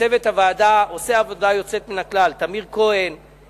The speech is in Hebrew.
שצוות הוועדה עושה עבודה יוצאת מן הכלל, טמיר כהן,